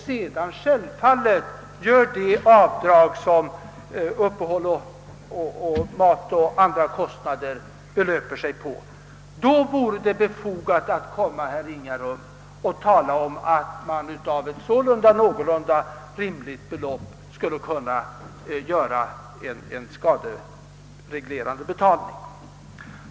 Sedan får självfallet avdrag göras för uppehälle, mat och annat. Då, herr Ringaby, vore det befogat att säga att man av ett sålunda någorlunda rimligt belopp bör kunna göra en skadereglerande betalning.